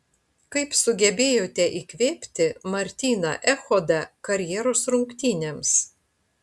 kaip sugebėjote įkvėpti martyną echodą karjeros rungtynėms